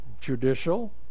judicial